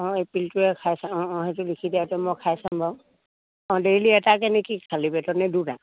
অঁ এই পিলটোৱেই খাই চাওঁ অঁ অঁ সেইটো লিখি দিয়াটো মই খাই চাম বাৰু অঁ ডেইলি এটাকে নেকি খালী